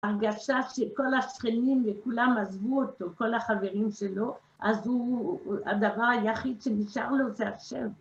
הרגשה שכל השכנים וכולם עזבו אותו, כל החברים שלו, אז הוא, הדבר היחיד שנשאר לו זה השם.